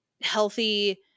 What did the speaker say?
healthy